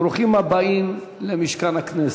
ברוכים הבאים למשכן הכנסת.